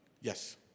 Yes